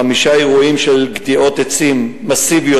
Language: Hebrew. חמישה אירועים של גדיעות עצים מסיביות